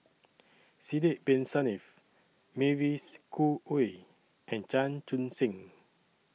Sidek Bin Saniff Mavis Khoo Oei and Chan Chun Sing